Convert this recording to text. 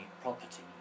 property